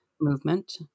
movement